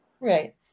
Right